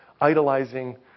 idolizing